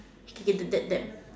that that